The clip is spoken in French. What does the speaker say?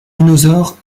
dinosaures